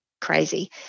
crazy